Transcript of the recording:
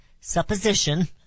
supposition